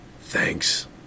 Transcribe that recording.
Thanks